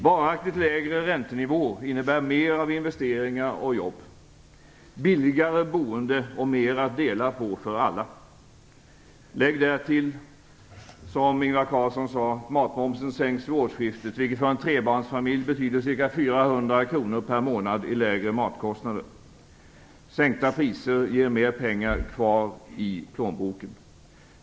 Varaktigt lägre räntenivå innebär mer av investeringar och jobb, billigare boende och mer att dela på för alla. Lägg därtill att matmomsen, som Ingvar Carlsson sade, sänks vid årsskiftet, vilket för en trebarnsfamilj betyder ca 400 kr per månad i lägre matkostnader. Sänkta priser ger mer pengar kvar i plånboken.